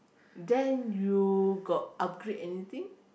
then you got upgrade anything